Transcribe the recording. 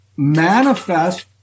Manifest